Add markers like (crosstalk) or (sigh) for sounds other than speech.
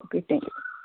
(unintelligible)